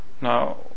now